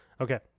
okay